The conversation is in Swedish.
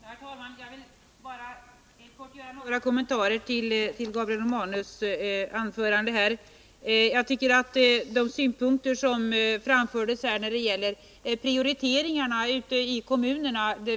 Herr talman! Jag vill bara göra några korta kommentarer till Gabriel Romanus anförande. Jag kan helt instämma i de synpunkter som framfördes när det gäller prioriteringarna ute i kommunerna.